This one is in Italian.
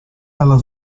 alla